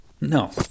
No